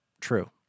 True